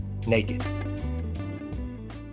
naked